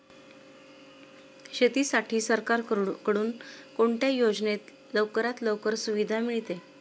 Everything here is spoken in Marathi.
शेतीसाठी सरकारकडून कोणत्या योजनेत लवकरात लवकर सुविधा मिळते?